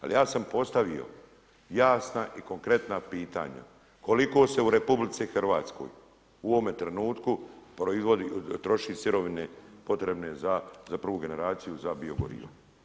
Ali ja sam postavio jasna i konkretna pitanja, koliko se u RH u ovome trenutku proizvodi, troši sirovine, potrebne za prvu generaciju, za bio goriva.